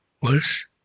worse